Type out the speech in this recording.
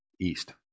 east